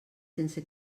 sense